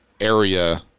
area